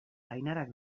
ainarak